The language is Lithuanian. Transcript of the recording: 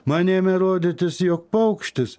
man ėmė rodytis jog paukštis